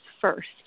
first